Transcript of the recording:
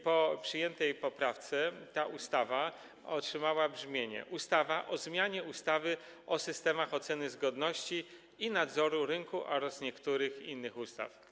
Po przyjętej poprawce tytuł tej ustawy otrzymał brzmienie: ustawa o zmianie ustawy o systemach oceny zgodności i nadzoru rynku oraz niektórych innych ustaw.